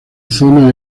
zona